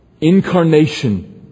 Incarnation